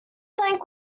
plank